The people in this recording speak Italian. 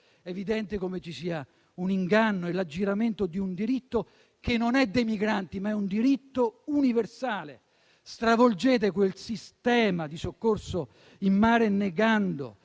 evidente come ci sia un inganno e l'aggiramento di un diritto che non è dei migranti, ma è un diritto universale! Stravolgete il sistema di soccorso in mare, negando